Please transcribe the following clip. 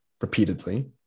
repeatedly